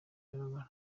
ndababara